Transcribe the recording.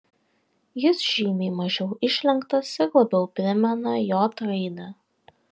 jis žymiai mažiau išlenktas ir labiau primena j raidę